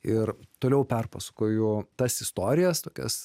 ir toliau perpasakojo tas istorijas tokias